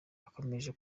akomeje